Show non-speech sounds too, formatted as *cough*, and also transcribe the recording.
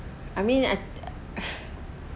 I mean I *laughs*